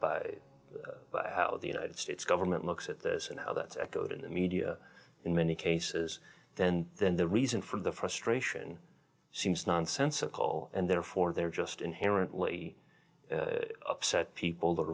by the united states government looks at this and how that's echoed in the media in many cases then then the reason for the frustration seems nonsensical and therefore there are just inherently upset people that are